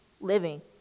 living